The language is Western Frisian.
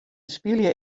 spylje